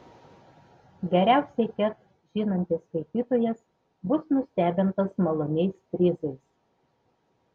geriausiai ket žinantis skaitytojas bus nustebintas maloniais prizais